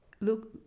look